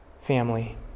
family